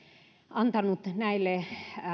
antanut näille